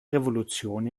revolution